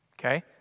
Okay